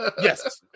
Yes